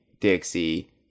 Dixie